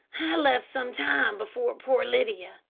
i left some time before poor lydia,